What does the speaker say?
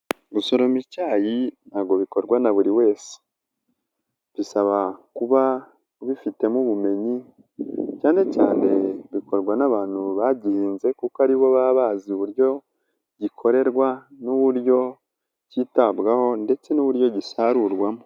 Gusoroma icyayi ntago bikorwa na buri wese, bisaba kuba ubifitemo ubumenyi cyane cyane bikorwa n'abantu bagihinze kuko aribo baba bazi uburyo gikorerwa n'uburyo cyitabwaho ndetse n'uburyo gisarurwamo.